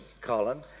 Colin